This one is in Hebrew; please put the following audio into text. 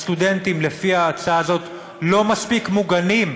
הסטודנטים לפי ההצעה הזאת לא מספיק מוגנים.